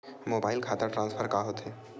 Mobile खाता transfer का होथे?